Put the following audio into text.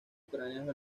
ucranianos